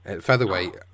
Featherweight